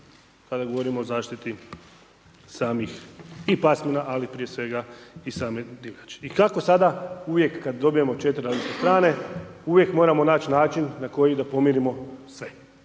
kada govorimo o zaštiti samih i pasmina, ali prije svega i same divljači. I kako sada uvijek kada dobijemo 4 različite strane, uvijek moramo naći način da na koji da pomirimo sve.